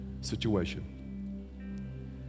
situation